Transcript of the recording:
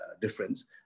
difference